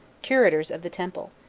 curators of the temple,